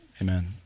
Amen